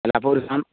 അല്ല അപ്പോൾ ഒരു